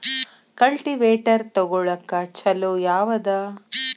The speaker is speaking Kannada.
ಕಲ್ಟಿವೇಟರ್ ತೊಗೊಳಕ್ಕ ಛಲೋ ಯಾವದ?